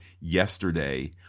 yesterday